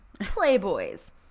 playboys